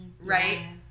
Right